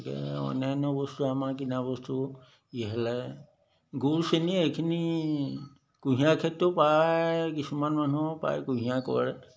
গতিকে অন্যান্য বস্তু আমাৰ কিনা বস্তু ইহেলে গুৰ চেনী এইখিনি কুঁহিয়াৰ খেতিটো প্ৰায় কিছুমান মানুহে প্ৰায় কুঁহিয়াৰ কৰে